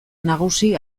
nagusi